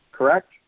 Correct